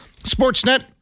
Sportsnet